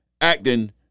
acting